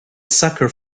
sucker